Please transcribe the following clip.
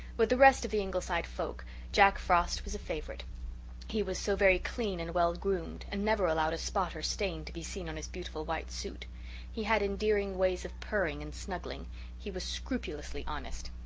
with the rest of the ingleside folk jack frost was a favourite he was so very clean and well groomed, and never allowed a spot or stain to be seen on his beautiful white suit he had endearing ways of purring and snuggling he was scrupulously honest.